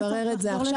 אנחנו נברר את זה עכשיו,